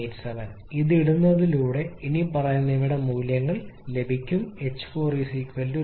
7987 ഇത് ഇടുന്നതിലൂടെ ഇനിപ്പറയുന്നവയുടെ മൂല്യങ്ങൾ ലഭിക്കും h4 2073